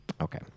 Okay